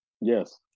Yes